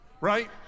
right